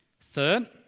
Third